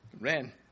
Ran